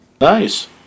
Nice